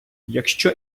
якщо